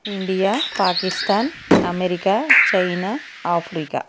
India Pakistan America China Africa